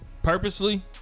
Purposely